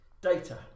data